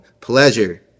pleasure